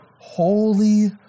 holy